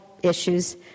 issues